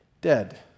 dead